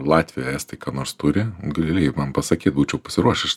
latviai estai ką nors turi galėjai man pasakyt būčiau pasiruošęs